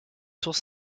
source